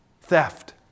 theft